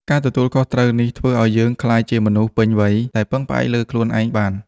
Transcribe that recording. ការទទួលខុសត្រូវនេះធ្វើឲ្យយើងក្លាយជាមនុស្សពេញវ័យដែលពឹងផ្អែកលើខ្លួនឯងបាន។